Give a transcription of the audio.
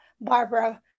Barbara